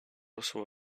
also